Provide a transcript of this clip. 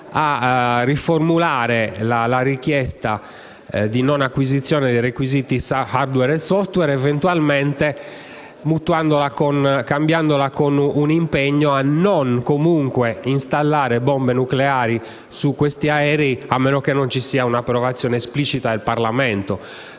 a riformulare la richiesta di non acquisizione dei requisiti *hardware* e *software*, eventualmente cambiandola con un impegno a non installare bombe nucleari su questi aerei a meno che non ci sia un'approvazione esplicita del Parlamento